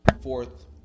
fourth